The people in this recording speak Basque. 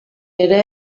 ere